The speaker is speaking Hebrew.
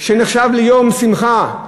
שנחשב ליום שמחה,